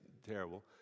Terrible